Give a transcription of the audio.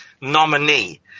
nominee